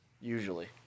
usually